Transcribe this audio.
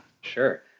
Sure